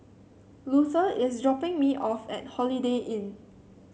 Luther is dropping me off at Holiday Inn